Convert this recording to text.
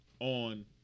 on